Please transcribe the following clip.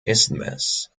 isthmus